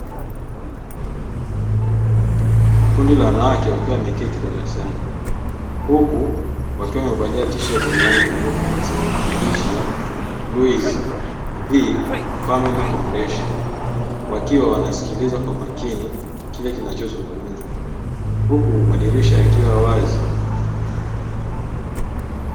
Kundi la wanawake wakiwa wameketi darasani huku wakiwa wamevalia tisheti za rangi nyeupe zenye maandishi ya "luiz v family foundation" wakiwa wanasikiliza kwa makini kile kinachozungumzwa huku madirisha yakiwa wazi.